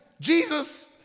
Jesus